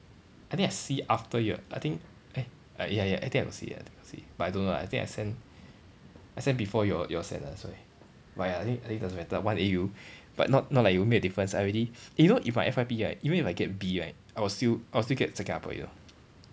I think I see after you I think eh I ya ya I think I will see I think I will see but I don't know lah I think I send I send before you all you all send ah that's why but ya I think I think doesn't matter one A_U but not not like it'll make a difference I already you know if I F_Y_P right even if I get B right I will still I will still get second upper you know